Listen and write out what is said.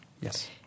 yes